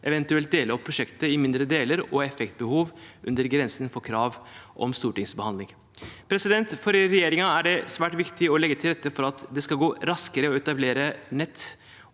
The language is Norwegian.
eventuelt dele opp prosjektet i mindre deler, og effektbehov under grensen for krav om stortingsbehandling. For regjeringen er det svært viktig å legge til rette for at det skal gå raskere å etablere nett,